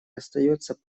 остается